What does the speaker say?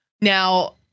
now